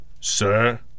Sir